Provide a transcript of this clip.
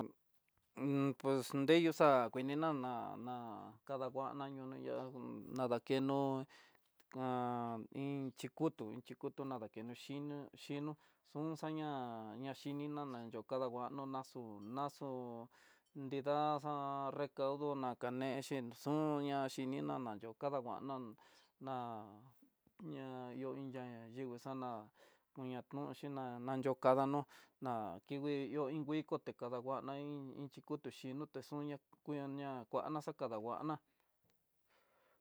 Un pus nreyó xa'á, kuininá ná nradanguano ya nadakeno kan iin xhikutu, iin xhikutu nadakeno xhino xhino, xanxaña ñaxhini nana ñoo kanguano naxo naxo nrida xa'á, recaudo nakanexhi xon ñaxhi ni nana yo kadanguana, ña ihó iin yá yuivii xana kuaña kunxhina nayokada no'ó na kikuii iin nguikoté kadanguana iin xhikutu xhin nuté xhuña kuña kuana xakadanguana.